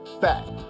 fact